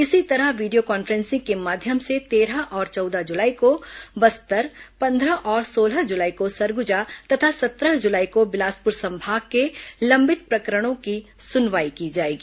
इसी तरह video conferencing के माध्यम से तेरह और चौदह जुलाई को बस्तर पन्द्रह और सोलह जुलाई को सरगुजा तथा सत्रह जुलाई को बिलासपुर संभाग के लंबित प्रकरणों की सुनवाई की जाएगी